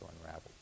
unravel